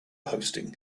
hosting